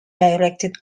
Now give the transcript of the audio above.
directed